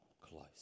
close